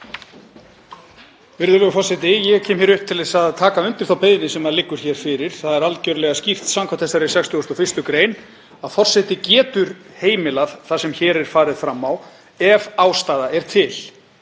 Virðulegur forseti. Ég kem hér upp til að taka undir þá beiðni sem liggur hér fyrir. Það er algjörlega skýrt skv. 61. gr. að forseti getur heimilað það sem hér er farið fram á ef ástæða er til.